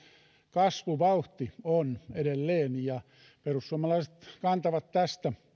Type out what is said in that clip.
kasvuvauhti on edelleen ja perussuomalaiset kantavat tästä